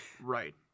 Right